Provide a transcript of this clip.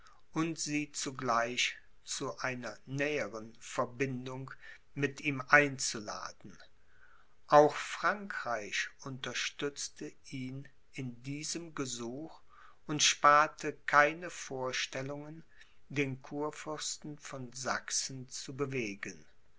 und sie zugleich zu einer näheren verbindung mit ihm einzuladen auch frankreich unterstützte ihn in diesem gesuch und sparte keine vorstellungen den kurfürsten von sachsen zu bewegen